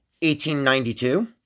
1892